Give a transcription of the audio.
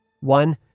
one